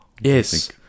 Yes